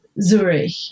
Zurich